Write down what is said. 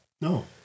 No